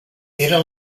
era